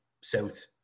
south